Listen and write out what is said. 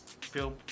feel